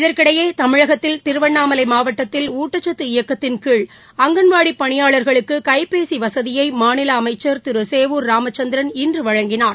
இதற்கிடையே தமிழகத்தில் திருவண்ணாமலை மாவட்டத்தில ஊட்டச்சத்து இயக்கத்தின் கீழ அங்கன்வாடி பணியாளர்களுக்கு கைபேசி வசதியை மாநில அமைச்சர் திரு சேவூர் ராமச்சந்திரன் இன்று வழங்கினார்